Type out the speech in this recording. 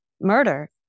murder